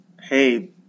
Hey